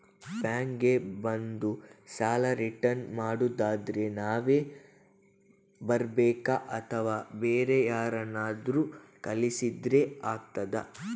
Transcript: Bank ಗೆ ಬಂದು ಸಾಲ ರಿಟರ್ನ್ ಮಾಡುದಾದ್ರೆ ನಾವೇ ಬರ್ಬೇಕಾ ಅಥವಾ ಬೇರೆ ಯಾರನ್ನಾದ್ರೂ ಕಳಿಸಿದ್ರೆ ಆಗ್ತದಾ?